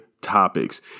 topics